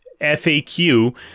FAQ